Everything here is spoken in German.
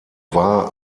war